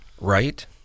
Right